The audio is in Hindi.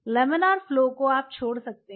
लमिनार फ्लो को आप छोड़ सकते हैं